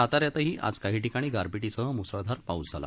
साताऱ्यातही आज काही ठिकाणी गारपीटीसह म्सळधार पाऊस झाला